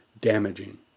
damaging